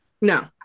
No